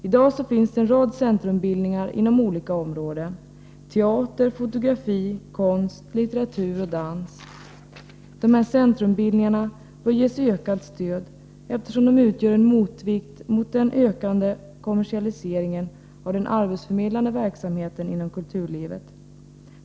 I dag finns en rad centrumbildningar inom olika områden: teater, fotografi, konst, litteratur och dans. Dessa centrumbildningar bör ges ökat stöd, eftersom de utgör en motvikt mot den ökande kommersialiseringen av den arbetsförmedlande verksamheten inom kulturlivet.